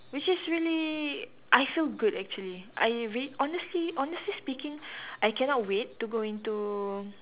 which is really I feel good actually I really honestly honestly speaking I cannot wait to go into